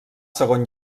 segon